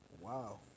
Wow